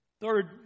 Third